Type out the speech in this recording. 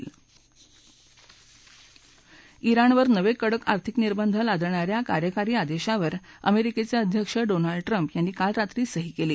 ज्ञाणवर नवे कडक आर्थिक निर्बंध लादणा या कार्यकारी आदेशावर अमेरिकेचे अध्यक्ष डोनाल्ड ट्रम्प यांनी काल रात्री सही केली